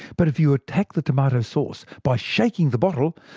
but if you attack the tomato sauce by shaking the bottle,